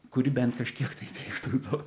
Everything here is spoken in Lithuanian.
kuri bent kažkiek tai teiktų to